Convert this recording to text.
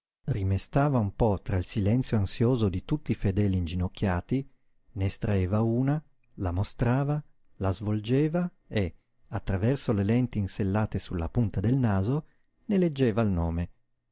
mano rimestava un po tra il silenzio ansioso di tutti i fedeli inginocchiati ne estraeva una la mostrava la svolgeva e attraverso le lenti insellate sulla punta del naso ne leggeva il nome